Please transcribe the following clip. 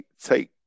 take